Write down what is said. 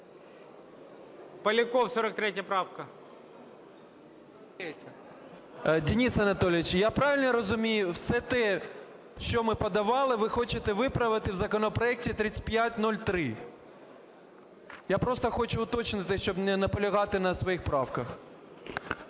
Денис Анатолійович, я правильно розумію, все те, що ми подавали, ви хочете виправити в законопроекті 3503? Я просто хочу уточнити, щоб не наполягати на своїх правках.